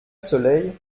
soleil